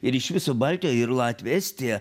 ir iš viso baltija ir latvija estija